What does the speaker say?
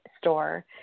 Store